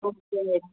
okay madam